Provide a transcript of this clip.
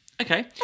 Okay